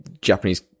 Japanese